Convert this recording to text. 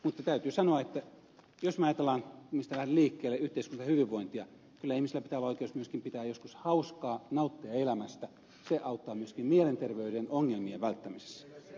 mutta täytyy sanoa että jos me ajattelemme mistä lähdin liikkeelle yhteiskunnan hyvinvointia kyllä ihmisellä pitää olla oikeus myöskin pitää joskus hauskaa nauttia elämästä se auttaa myöskin mielenterveyden ongelmien välttämisessä